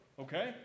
Okay